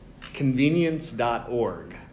convenience.org